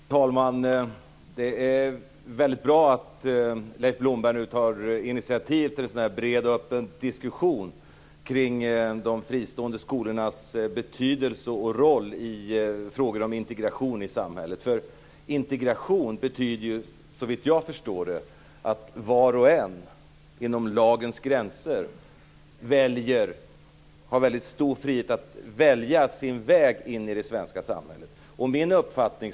Fru talman! Det är väldigt bra att Leif Blomberg nu tar initiativ till en sådan här bred och öppen diskussion omkring de fristående skolornas betydelse och roll i frågor om integration i samhället. Integration betyder ju såvitt jag förstår att var och en inom lagens gränser har väldigt stor frihet att välja sin väg in i det svenska samhället. Jag kan redovisa min uppfattning.